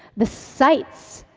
the sights,